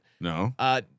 No